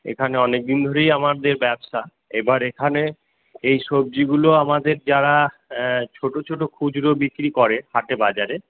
এখানে অনেকদিন ধরেই আমাদের ব্যবসা এবার এখানে এই সবজিগুলো আমাদের যারা ছোটো ছোটো খুচরো বিক্রি করে হাটে বাজারে